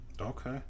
Okay